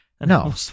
No